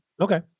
Okay